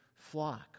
Flock